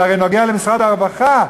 זה הרי קשור למשרד הרווחה,